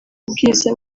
bwiza